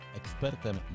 ekspertem